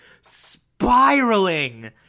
spiraling